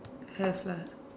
have lah